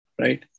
right